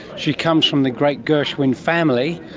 she comes from the great gershwin family,